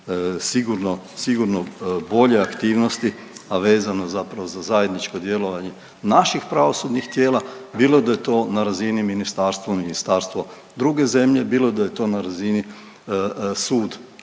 sigurno bolje aktivnosti, a vezano za zajedničko djelovanje naših pravosudnih tijela, bilo da je to na razini ministarstvo, ministarstvo druge zemlje, bilo da je to na razini sud